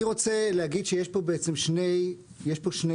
אני רוצה להגיד שיש כאן שני נושאים.